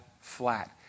flat